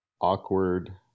awkward